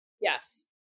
Yes